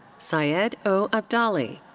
syed o. abdali.